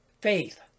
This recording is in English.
Faith